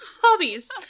Hobbies